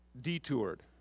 detoured